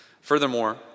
Furthermore